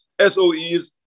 SOEs